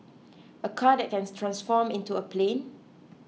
a car that can transform into a plane